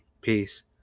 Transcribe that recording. Peace